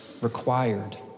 required